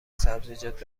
سبزیجات